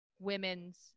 women's